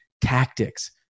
Tactics